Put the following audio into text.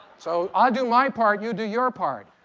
so i'll do my part, you do your part.